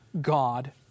God